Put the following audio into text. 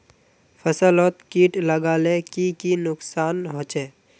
फसलोत किट लगाले की की नुकसान होचए?